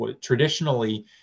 traditionally